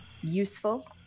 useful